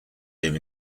live